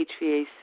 HVAC